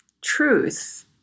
truth